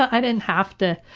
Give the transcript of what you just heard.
i didn't have to